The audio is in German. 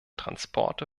transporte